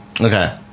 Okay